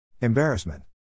embarrassment